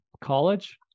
college